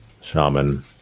shaman